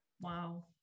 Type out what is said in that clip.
Wow